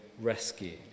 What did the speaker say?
rescue